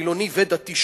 חילוני ודתי,